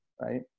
right